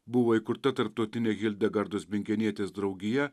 buvo įkurta tarptautinė hildegardos bingenietės draugija